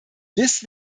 liste